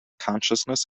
consciousness